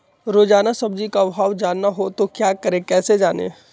रोजाना सब्जी का भाव जानना हो तो क्या करें कैसे जाने?